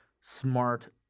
smart